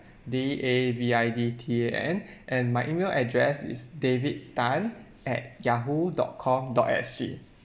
D A V I D T A N and my email address is david tan at yahoo dot com dot S_G